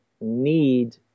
need